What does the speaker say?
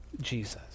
Jesus